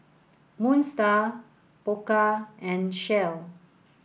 Moon Star Pokka and Shell